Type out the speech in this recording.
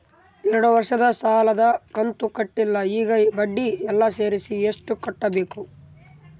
ಎರಡು ವರ್ಷದ ಸಾಲದ ಕಂತು ಕಟ್ಟಿಲ ಈಗ ಬಡ್ಡಿ ಎಲ್ಲಾ ಸೇರಿಸಿ ಎಷ್ಟ ಕಟ್ಟಬೇಕು?